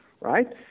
right